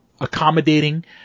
accommodating